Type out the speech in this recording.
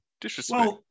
Disrespect